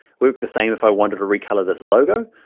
work the same if i wanted to recover this logo,